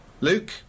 Luke